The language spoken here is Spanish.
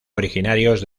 originarios